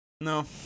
no